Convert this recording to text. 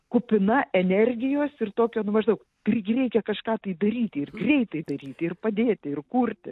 kupina energijos ir tokio nu maždaug irgi reikia kažką tai daryti ir greitai daryti ir padėti ir kurti